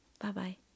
bye-bye